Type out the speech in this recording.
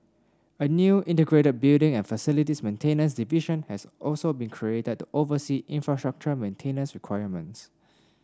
a new integrated building and facilities maintenance division has also been created to oversee infrastructure maintenance requirements